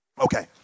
Okay